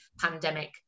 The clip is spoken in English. pandemic